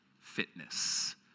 fitness